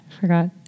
forgot